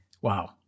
Wow